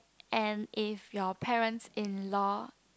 and if your parent-in-law